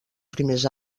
primers